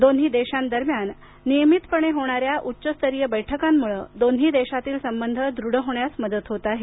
दोन्ही देशांदरम्यान नियमितपणे होणाऱ्या उच्चस्तरीय बैठकांमुळं दोन्ही देशामधील संबंध दृढ होण्यास मदत होत आहे